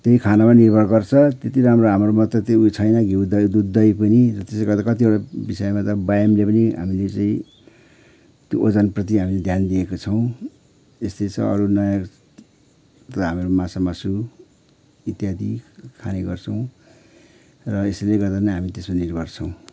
त्यही खानामा निर्भर गर्छ त्यति राम्रो हाम्रोमा त त्यो उ छैन घिउ दही दुध दही पनि त्यसले गर्दा कतिवटा विषयमा त व्यायामले पनि हामीले चाहिँ त्यो ओजनप्रति हामीले ध्यान दिएको छौँ यस्तै छ अरू नयाँ त हामेरू माछा मासु इत्यादि खाने गर्छौँ र यसैले गर्दा नै हामी त्यसमा निर्भर छौँ